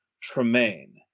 Tremaine